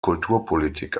kulturpolitik